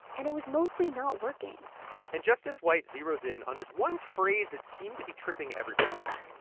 and it was mostly not working and justice white zeroes in on this one phrase that seemed to be tripping everybody up.